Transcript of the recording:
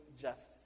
justice